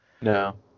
no